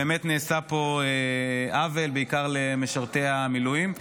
באמת נעשה פה עוול, בעיקר למשרתי המילואים.